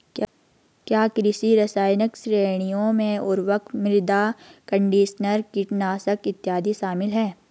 क्या कृषि रसायन श्रेणियों में उर्वरक, मृदा कंडीशनर, कीटनाशक इत्यादि शामिल हैं?